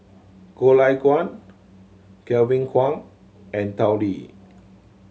Goh Lay Kuan Kevin Kwan and Tao Li